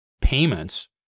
payments